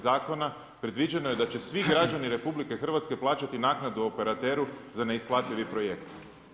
Zakona predviđeno je da će svi građani RH plaćati naknadu operateru za neisplativi projekt.